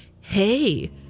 Hey